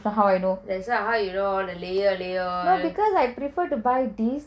if not how I know no because I prefer to buy this